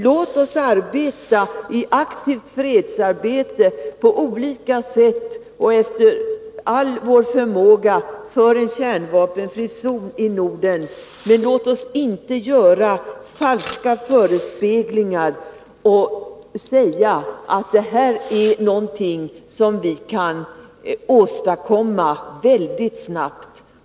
Låt oss arbeta i aktivt fredsarbete på olika sätt och efter all vår förmåga för en kärnvapenfri zon i Norden, men låt oss inte göra falska förespeglingar och säga att detta är någonting som kan åstadkommas snabbt.